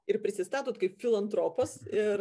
ir prisistatot kaip filantropas ir